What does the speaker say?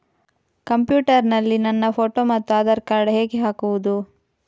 Computer ನಲ್ಲಿ ನನ್ನ photo ಮತ್ತು ಆಧಾರ್ ಕಾರ್ಡ್ ಹೇಗೆ ಹಾಕುವುದು?